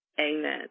Amen